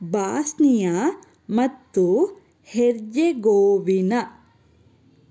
Bosnia ಮತ್ತು Herzegovina